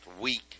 week